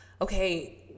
okay